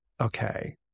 Okay